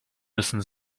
müssen